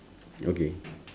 okay